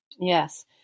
Yes